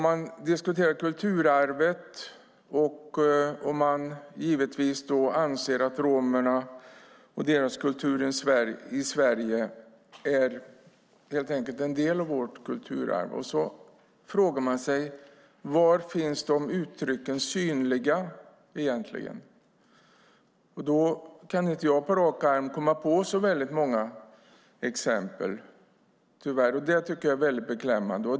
Man diskuterar kulturarvet och anser givetvis att romernas kultur i Sverige är en del av vårt kulturarv, och då kan man fråga sig var de uttrycken finns synliga. Jag kan inte på rak arm komma på så många exempel, tyvärr, och det är väldigt beklämmande.